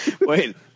Wait